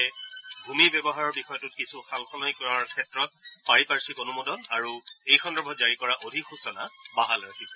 বাবে ভূমি ব্যৱহাৰৰ বিষয়টোত কিছু সালসলনি কৰাৰ ক্ষেত্ৰত পাৰিপাৰ্থিক অনুমোদন আৰু এই সন্দৰ্ভত জাৰি কৰা অধিসচনা বাহাল ৰাখিছে